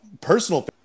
Personal